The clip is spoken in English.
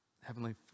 Heavenly